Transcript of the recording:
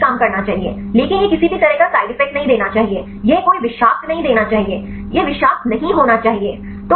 आपको सही काम करना चाहिए लेकिन यह किसी भी तरह का साइड इफेक्ट नहीं देना चाहिए यह कोई विषाक्त नहीं देना चाहिए यह विषाक्त नहीं होना चाहिए